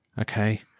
okay